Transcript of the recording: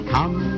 Come